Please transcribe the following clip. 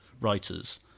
writers